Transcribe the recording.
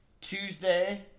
Tuesday